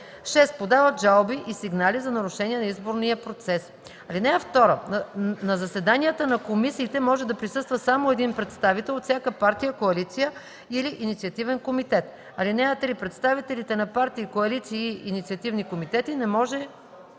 6. подават жалби и сигнали за нарушения на изборния процес. (2) На заседанията на комисиите може да присъства само един представител от всяка партия, коалиция или инициативен комитет. (3) Представителите на партии, коалиции и инициативни комитети не може